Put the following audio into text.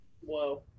Whoa